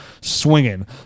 swinging